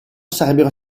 sarebbero